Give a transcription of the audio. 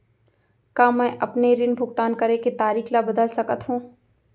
का मैं अपने ऋण भुगतान करे के तारीक ल बदल सकत हो?